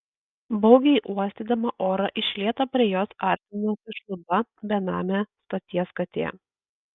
baugiai uostydama orą iš lėto prie jos artinosi šluba benamė stoties katė